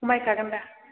खमायखागोन दा